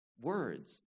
words